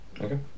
Okay